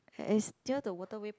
it is near the Waterway